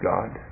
God